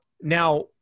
Now